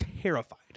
terrified